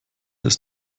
ist